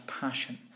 passion